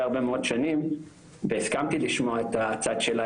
הרבה מאוד שנים והסכמתי לשמוע את הצד שלה,